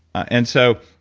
and so,